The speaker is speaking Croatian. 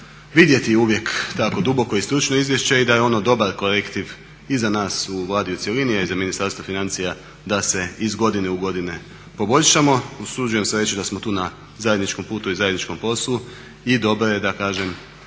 vidjeti uvijek tako duboko i stručno izvješće i da je ono dobar korektiv i za nas u Vladi u cjelini a i za Ministarstvo financija da se iz godine u godinu poboljšamo. Usuđujem se reći da smo tu na zajedničkom putu i zajedničkom poslu i dobro je da kažem